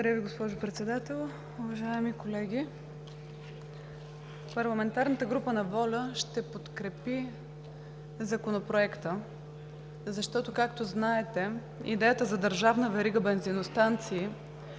Ви, госпожо Председател. Уважаеми колеги, парламентарната група на ВОЛЯ ще подкрепи Законопроекта, защото, както знаете, идеята за държавна верига бензиностанции,